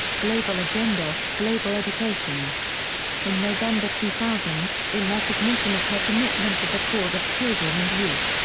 global agenda global education in november two thousand, in recognition of her commitment to the cause of children and youth,